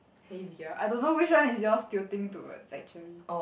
heavier I don't know which one is yours tilting towards actually